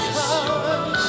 time